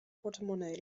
portemonnee